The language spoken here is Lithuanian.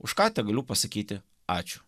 už ką tegaliu pasakyti ačiū